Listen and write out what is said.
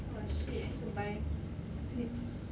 oh shit I need to buy clips